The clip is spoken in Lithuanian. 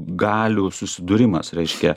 galių susidūrimas reiškia